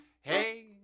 hey